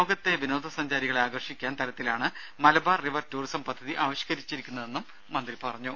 ലോകത്തെ വിനോദ സഞ്ചാരികളെ ആകർഷിക്കാൻ തരത്തിലാണ് മലബാർ റിവർ ടൂറിസം പദ്ധതി ആവിഷ്ക്കരിച്ചിരിക്കുന്നതെന്നും മന്ത്രി പറഞ്ഞു